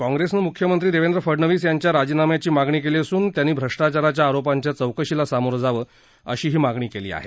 काँग्रेसनं म्ख्यमंत्री देवेंद्र फडनवीस यांच्या राजीनाम्याची मागणी केली असून त्यांनी भ्रष्टाचाराच्या आरोपांच्या चौकशीला सामोरं जावं अशीही मागणी केली आहे